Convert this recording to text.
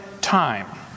time